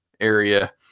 area